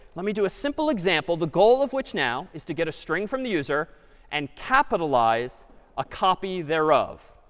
let me do a simple example, the goal of which now, is to get a string from the user and capitalize a copy thereof.